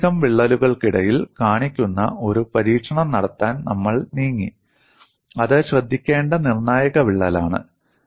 ഒന്നിലധികം വിള്ളലുകൾക്കിടയിൽ കാണിക്കുന്ന ഒരു പരീക്ഷണം നടത്താൻ നമ്മൾ നീങ്ങി അത് ശ്രദ്ധിക്കേണ്ട നിർണായക വിള്ളലാണ്